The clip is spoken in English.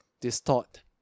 distort